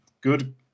good